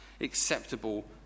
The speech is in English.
acceptable